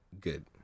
good